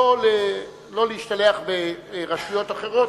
לא להשתלח ברשויות אחרות,